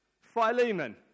Philemon